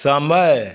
समय